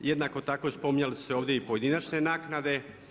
Jednako tako spominjale su se ovdje i pojedinačne naknade.